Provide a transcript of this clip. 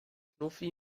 schnuffi